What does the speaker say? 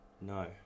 No